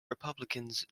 republicans